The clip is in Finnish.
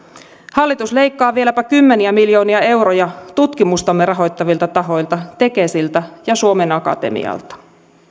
hallitus leikkaa vieläpä kymmeniä miljoonia euroja tutkimustamme rahoittavilta tahoilta tekesiltä ja suomen akatemialta